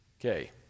Okay